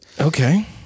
Okay